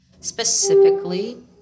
specifically